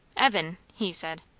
evan, he said.